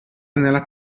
nella